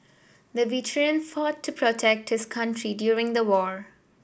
the veteran fought to protect his country during the war